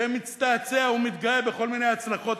שמצטעצע ומתגאה בכל מיני הצלחות,